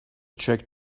trick